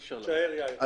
תישאר, יאיר.